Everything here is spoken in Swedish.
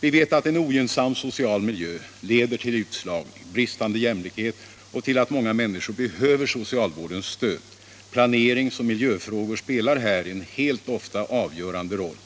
Vi vet att en ogynnsam social miljö leder till utslagning, bristande jämlikhet och till att många människor behöver socialvårdens stöd. Planeringsoch miljöfrågor spelar här ofta en helt avgörande roll.